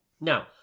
Now